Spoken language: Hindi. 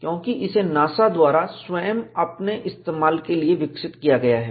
क्योंकि इसे नासा द्वारा अपने स्वयं के इस्तेमाल के लिए विकसित किया गया है